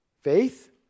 Faith